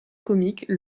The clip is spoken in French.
comique